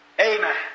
Amen